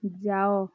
ଯାଅ